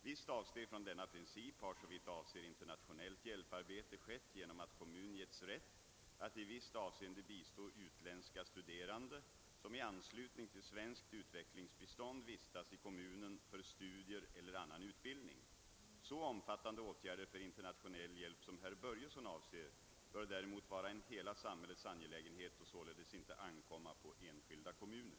Visst avsteg från denna princip har, såvitt avser internationellt hjälparbete, skett genom att kommun getts rätt att i visst avseende bistå utländska studerande som i anslutning till svenskt utvecklingsbistånd vistas i kommunen för studier eller annan utbildning. Så omfattande åtgärder för internationell hjälp som herr Börjesson avser bör däremot vara en hela samhällets angelägenhet och således inte ankomma på enskilda kommuner.